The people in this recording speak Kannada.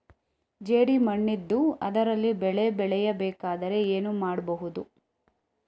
ಜೇಡು ಮಣ್ಣಿದ್ದು ಅದರಲ್ಲಿ ಬೆಳೆ ಬೆಳೆಯಬೇಕಾದರೆ ಏನು ಮಾಡ್ಬಹುದು?